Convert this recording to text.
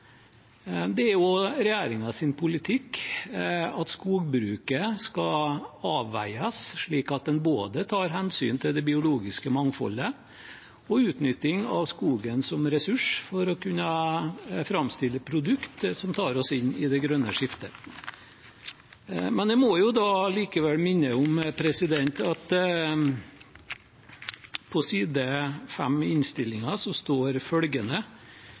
Det er også regjeringens politikk at skogbruket skal avveies slik at en tar hensyn til både det biologiske mangfoldet og utnytting av skogen som ressurs for å kunne framstille produkter som tar oss inn i det grønne skiftet. Men jeg må likevel minne om at det på side 3 i innstillingen står